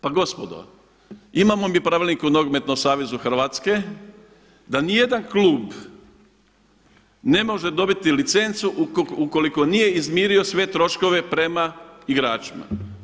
Pa gospodo, imamo mi pravilnik o nogometnom savezu Hrvatske da niti jedan klub ne može dobiti licencu ukoliko nije izmirio sve troškove prema igračima.